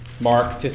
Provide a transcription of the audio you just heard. Mark